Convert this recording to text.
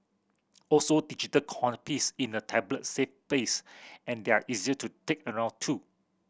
also digital piece in a tablet save space and they are easier to take around too